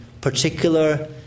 particular